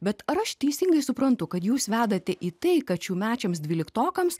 bet ar aš teisingai suprantu kad jūs vedate į tai kad šiųmečiams dvyliktokams